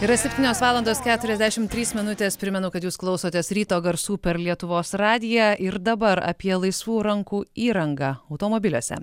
yra septynios valandos keturiasdešimt trys minutės primenu kad jūs klausotės ryto garsų per lietuvos radiją ir dabar apie laisvų rankų įrangą automobiliuose